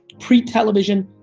pre-television,